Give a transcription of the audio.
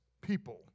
people